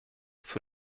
für